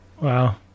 Wow